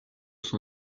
son